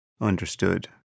Understood